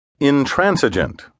Intransigent